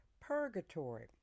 purgatory